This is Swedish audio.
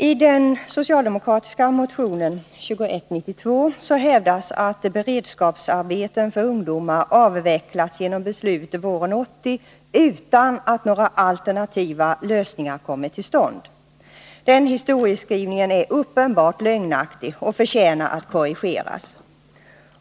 I den socialdemokratiska motionen 2192 hävdas att beredskapsarbeten för ungdomar avvecklats genom beslut våren 1980 utan att några alternativa lösningar kommit till stånd. Den historieskrivningen är uppenbart lögnaktig och förtjänar att korrigeras.